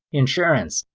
insurance,